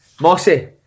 Mossy